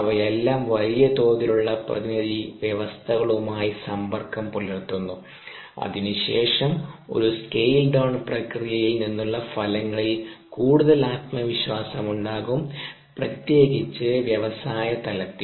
അവയെല്ലാം വലിയ തോതിലുള്ള പ്രതിനിധി വ്യവസ്ഥകളുമായി സമ്പർക്കം പുലർത്തുന്നു അതിനുശേഷം ഒരു സ്കെയിൽ ഡൌൺ പ്രക്രിയയിൽ നിന്നുള്ള ഫലങ്ങളിൽ കൂടുതൽ ആത്മവിശ്വാസമുണ്ടാകും പ്രത്യേകിച്ച് വ്യവസായ തലത്തിൽ